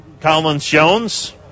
Collins-Jones